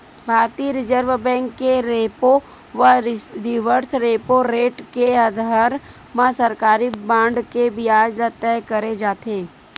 भारतीय reserve bank के repo व रिवर्स रेपो रेट के अधार म सरकारी बांड के बियाज ल तय करे जाथे